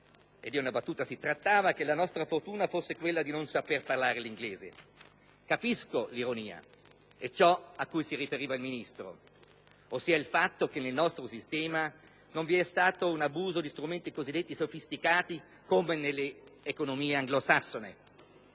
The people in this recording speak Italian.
e di una battuta si trattava - che la nostra fortuna era quella di non saper parlare inglese. Capisco l'ironia e ciò a cui si riferiva il Ministro, ossia il fatto che nel nostro sistema non vi è stato un abuso di strumenti cosiddetti sofisticati come nell'economia anglosassone;